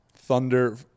Thunder